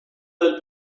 del